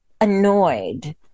annoyed